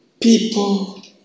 People